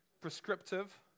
Prescriptive